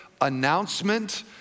announcement